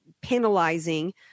penalizing